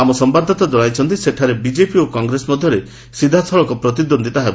ଆମ ସମ୍ଭାଦଦାତା ଜଣାଇଛନ୍ତି ସେଠାରେ ବିକେପି ଓ କଂଗ୍ରେସ ମଧ୍ୟରେ ସିଧାସଳଖ ପ୍ରତିଦ୍ୱନ୍ଦିତା ହେବ